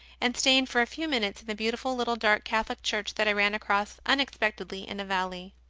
and staying for a few minutes in a beautiful little dark catholic church that i ran across unexpectedly in a valley.